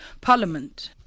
Parliament